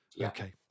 Okay